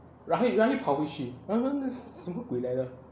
然后然后又跑回去然后什么鬼来的